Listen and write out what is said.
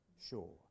sure